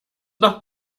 noch